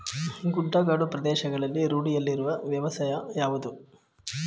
ಗುಡ್ಡಗಾಡು ಪ್ರದೇಶಗಳಲ್ಲಿ ರೂಢಿಯಲ್ಲಿರುವ ವ್ಯವಸಾಯ ಯಾವುದು?